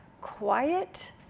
quiet